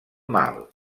mal